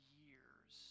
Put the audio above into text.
years